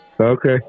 Okay